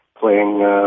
playing